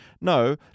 no